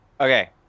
Okay